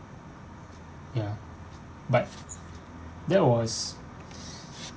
ya but that was